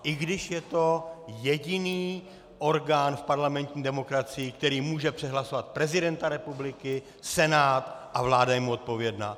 I když je to jediný orgán v parlamentní demokracii, který může přehlasovat prezidenta republiky a Senát a vláda je mu odpovědná.